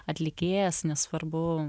atlikėjas nesvarbu